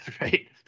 right